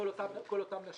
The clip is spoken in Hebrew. כל אותם נש"מים.